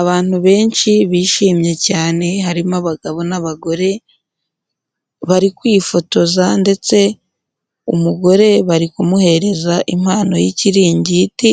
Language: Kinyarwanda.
Abantu benshi bishimye cyane, harimo abagabo nabagore, bari kwifotoza ndetse umugore bari kumuhereza impano y'ikiringiti